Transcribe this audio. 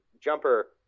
Jumper